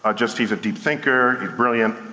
ah just, he's a deep thinker, he's brilliant,